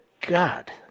God